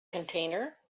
container